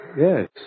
yes